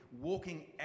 walking